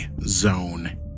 Zone